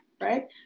right